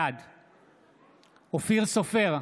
בעד אופיר סופר,